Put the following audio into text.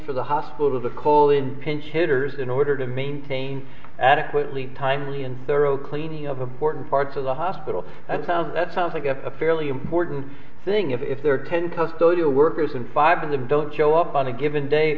for the hospital to call in pinch hitters in order to maintain adequately timely and thorough cleaning of important parts of the hospital that sounds that sounds like a fairly important thing if they're ten plus those are workers and five of them don't show up on a given day